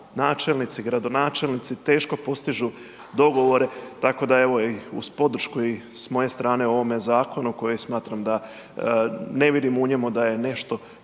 načelnici, gradonačelnici teško postižu dogovore. Tako da evo uz podršku i s moje strane ovome zakonu koji smatram da ne vidim u njemu da je nešto